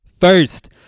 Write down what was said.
First